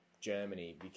Germany